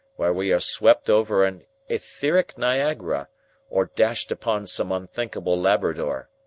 where we are swept over an etheric niagara or dashed upon some unthinkable labrador.